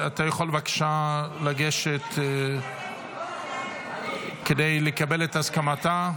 בבקשה לגשת כדי לקבל את הסכמתה?